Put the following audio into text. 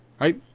Right